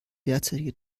derzeitige